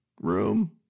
room